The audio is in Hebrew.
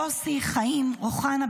יוסי חיים אוחנה,